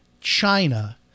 China